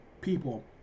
people